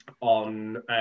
On